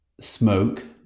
smoke